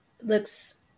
looks